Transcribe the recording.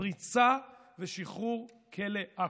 הפריצה ושחרור כלא עכו.